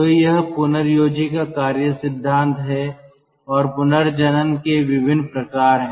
तो यह पुनर्योजी का कार्य सिद्धांत है और पुनर्जनन के विभिन्न प्रकार हैं